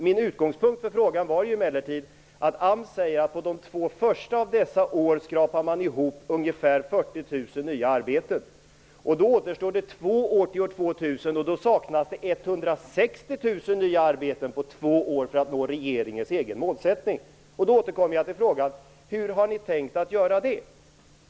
Min utgångspunkt för frågan var emellertid att AMS säger att man på de två första av dessa år skrapar ihop ungefär 40 000 nya arbeten. Då återstår två år till år 2000. Då skall det skapas 160 000 nya arbeten på två år, för att nå regeringens egen målsättning. Jag återkommer till min fråga: Hur har ni tänkt att göra det?